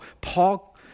Paul